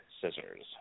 Scissors